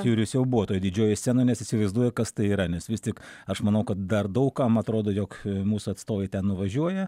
jurijus jau buvo toj didžiojoj scenoj nes įsivaizduoju kas tai yra nes vis tik aš manau kad dar daug kam atrodo jog mūsų atstovai ten nuvažiuoja